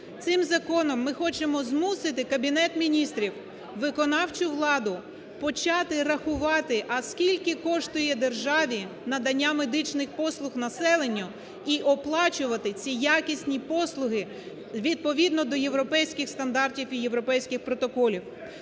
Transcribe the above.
Цим законом ми хочемо змусити Кабінет Міністрів, виконавчу владу, почати рахувати, а скільки коштує державі надання медичних послуг населенню і оплачувати ці якісні послуги відповідно до європейських стандартів і європейських протоколів.